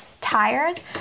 tired